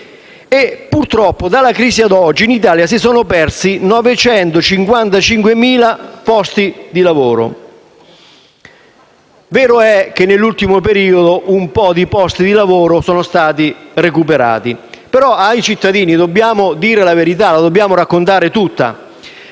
Purtroppo, dalla crisi ad oggi, in Italia si sono persi 955.000 posti di lavoro. Vero è che nell'ultimo periodo un po' di posti di lavoro sono stati recuperati. Ai cittadini dobbiamo però raccontare tutta